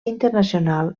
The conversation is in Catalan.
internacional